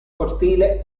cortile